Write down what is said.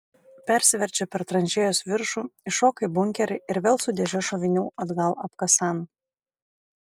persiverčia per tranšėjos viršų įšoka į bunkerį ir vėl su dėže šovinių atgal apkasan